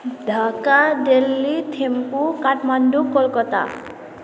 Dhaka Delhi Thimphu Kathmandu Kolkata